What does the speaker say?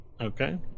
Okay